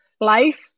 life